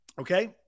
okay